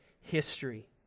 history